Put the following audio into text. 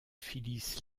phyllis